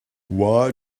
why